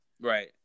right